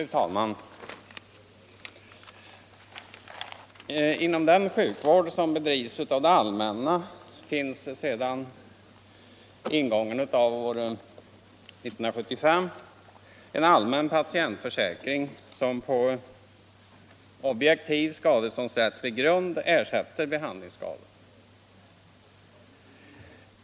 Fru talman! Inom den sjukvård som bedrivs av det allmänna finns sedan ingången av år 1975 en allmän patientförsäkring som på objektiv skadeståndsrättslig grund ersätter behandlingsskador.